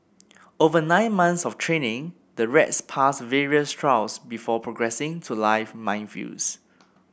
over nine months of training the rats pass various trials before progressing to live minefields